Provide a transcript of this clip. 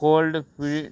cold free